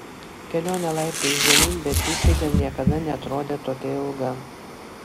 kelionė laiptais žemyn beatričei dar niekada neatrodė tokia ilga